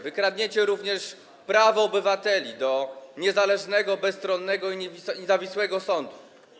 Wy kradniecie również prawo obywateli do niezależnego, bezstronnego i niezawisłego sądu.